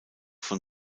von